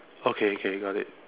okay okay got it